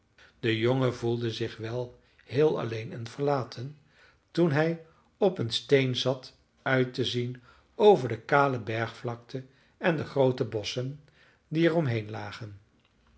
de jongen voelde zich wel heel alleen en verlaten toen hij op een steen zat uit te zien over de kale bergvlakte en de groote bosschen die er om heen lagen